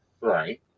Right